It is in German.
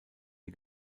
die